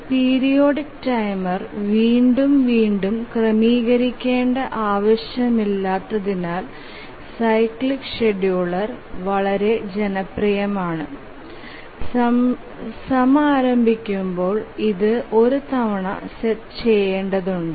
ഒരു periodic timer വീണ്ടും വീണ്ടും ക്രമീകരിക്കേണ്ട ആവശ്യമില്ലാത്തതിനാൽ സൈക്ലിക് ഷെഡ്യൂളർ വളരെ ജനപ്രിയമാണ് സമാരംഭിക്കുമ്പോൾ ഇത് ഒരു തവണ സെറ്റ് ചെയേണ്ടതുണ്ട്